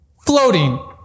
floating